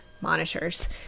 monitors